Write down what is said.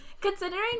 considering